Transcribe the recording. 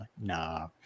Nah